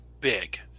big